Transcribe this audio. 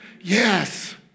Yes